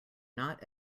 not